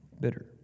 bitter